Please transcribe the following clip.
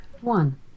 One